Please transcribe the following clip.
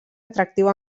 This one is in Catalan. atractiu